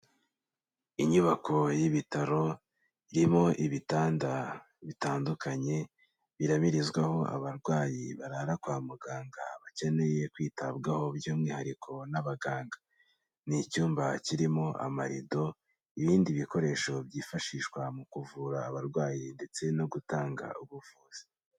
Inyubako y'ibitaro irimo ibitanda bitandukanye birabirizwaho abarwayi barara kwa muganga bakeneye kwitabwaho by'umwihariko n'abaganga. Ni icyumba kirimo amarido ibindi bikoresho byifashishwa mu kuvura abarwayi ndetse no gutanga ubuvuzi.